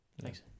Thanks